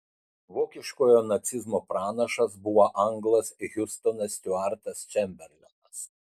vokiškojo nacizmo pranašas buvo anglas hiustonas stiuartas čemberlenas